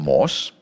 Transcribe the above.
Morse